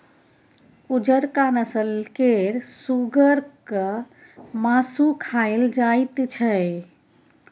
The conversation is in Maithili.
उजरका नस्ल केर सुगरक मासु खाएल जाइत छै